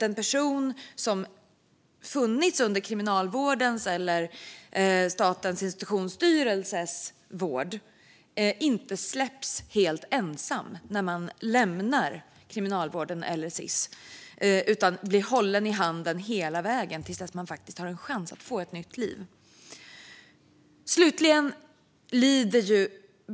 En person som har befunnit sig under Kriminalvårdens eller Statens institutionsstyrelses vård ska inte släppas helt ensam när man lämnar Kriminalvården eller Sis, utan man ska bli hållen i handen hela vägen till dess att man har en chans att få ett nytt liv.